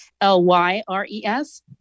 L-Y-R-E-S